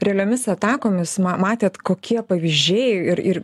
realiomis atakomis matėt kokie pavyzdžiai ir ir